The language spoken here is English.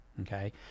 okay